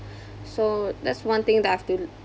so that's one thing that I have to